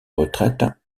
retraite